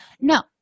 No